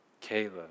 Caleb